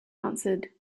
answered